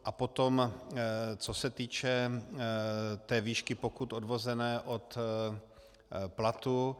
A potom co se týče té výšky pokut odvozené od platu.